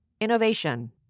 Innovation